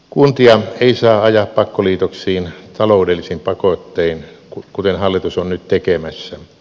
kuntia ei saa ajaa pakkoliitoksiin taloudellisin pakottein kuten hallitus on nyt tekemässä